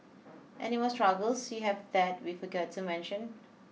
any more struggles you have that we forgot to mention